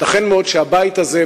ייתכן מאוד שהבית הזה,